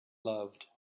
loved